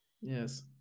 yes